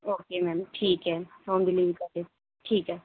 okay ma'am ٹھیک ہے home delivery کر دیتے ٹھیک ہے